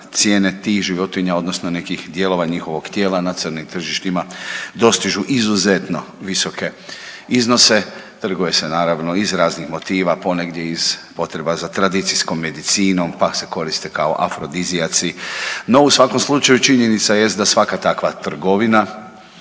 cijene tih životinja odnosno nekih dijelova njihovog tijela na nacionalnim tržištima dostižu izuzetno visoke iznose. Trguje se naravno iz raznih motiva, ponegdje iz potreba za tradicijskom medicinom, pa se koriste kao afrodizijaci. No u svakom slučaju činjenica jest da svaka takva trgovina